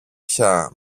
πια